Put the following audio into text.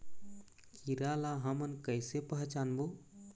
कीरा ला हमन कइसे पहचानबो?